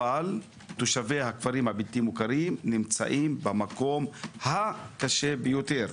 אבל תושבי הכפרים הבלתי מוכרם נמצאים במקום הקשה ביותר.